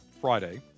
Friday